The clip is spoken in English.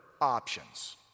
options